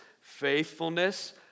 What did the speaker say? faithfulness